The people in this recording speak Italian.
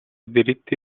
diritti